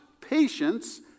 patience